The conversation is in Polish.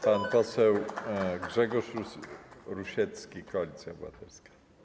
Pan poseł Grzegorz Rusiecki, Koalicja Obywatelska.